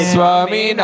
Swami